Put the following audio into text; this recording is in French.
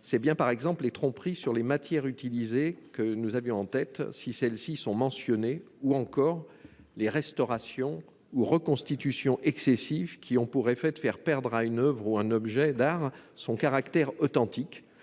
c'est bien, par exemple, les tromperies sur les matières utilisées que nous avions en tête, si celles-ci sont mentionnées, ou encore les restaurations ou reconstitutions excessives qui ont pour effet de faire perdre à une oeuvre ou à un objet d'art son caractère authentique.